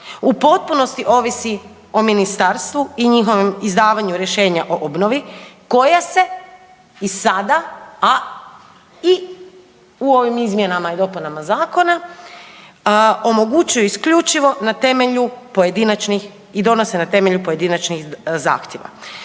u potpunosti ovisi o ministarstvu i njihovim izdavanju rješenja o obnovi koja se i sada, a i u ovim izmjenama i dopunama zakona omogućuje isključivo na temelju pojedinačnih i